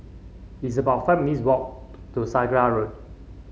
it's about five minutes' walk to Sakra Road